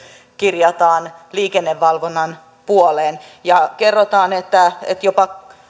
kirjataan liikennevalvonnan puoleen ja kerrotaan että jopa